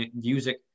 music